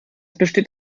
besteht